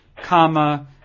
comma